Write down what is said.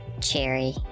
Cherry